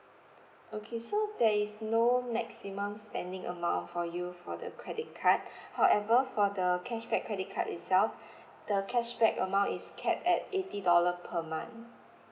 okay so there is no maximum spending amount for you for the credit card however for the cashback credit card itself the cashback amount is capped at eighty dollar per month